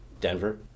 Denver